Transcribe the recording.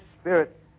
spirit